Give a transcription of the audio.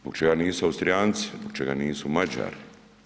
Zbog čega nisu Austrijanci, zbog čega nisu Mađari.